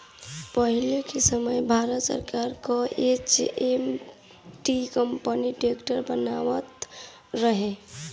पहिले के समय भारत सरकार कअ एच.एम.टी कंपनी ट्रैक्टर बनावत रहे